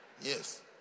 Yes